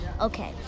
Okay